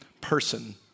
person